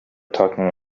talking